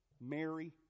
Mary